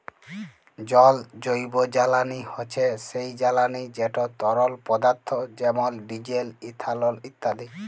জল জৈবজ্বালানি হছে সেই জ্বালানি যেট তরল পদাথ্থ যেমল ডিজেল, ইথালল ইত্যাদি